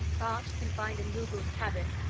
bart, confined in rugel's cabin,